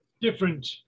different